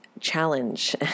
challenge